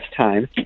time